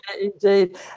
indeed